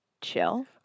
chill